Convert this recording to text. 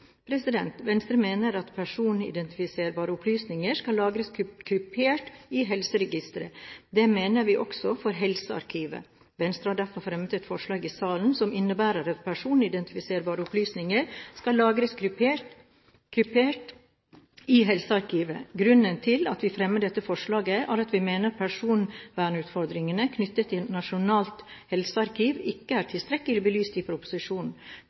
proposisjonen. Venstre mener at personidentifiserbare opplysninger skal lagres kryptert i helseregistre. Det mener vi også for helsearkivet. Venstre har derfor fremmet et forslag i salen som innebærer at personidentifiserbare opplysninger skal lagres kryptert i helsearkivet. Grunnen til at vi fremmer dette forslaget, er at vi mener personvernutfordringene knyttet til et nasjonalt helsearkiv ikke er tilstrekkelig belyst i proposisjonen.